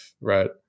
right